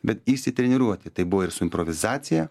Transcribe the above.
bet išsitreniruoti tai buvo ir su improvizacija